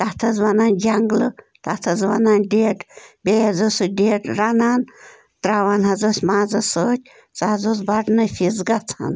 تَتھ حظ وَنان جنگلہٕ تَتھ حظ وَنان ڈٮ۪ڈ بیٚیہِ حظ ٲسۍ سَہ ڈٮ۪ڈ رَنان تَراوان حظ ٲسۍ مازس سۭتۍ سُہ حظ اوس بَڑٕ نفیٖض گَژھان